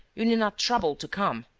you need not trouble to come!